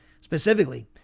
Specifically